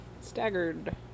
Staggered